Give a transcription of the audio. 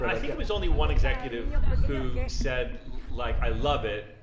i think it was only one executive who said like, i love it.